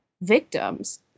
victims